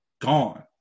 gone